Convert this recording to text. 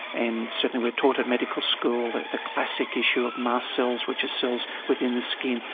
and certainly we are taught at medical school that the classic issue of mast cells, which are cells within the skin,